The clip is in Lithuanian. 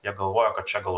jie galvoja kad čia gal